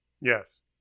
Yes